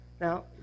Now